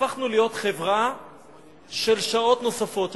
הפכנו להיות חברה של שעות נוספות.